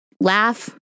laugh